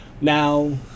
Now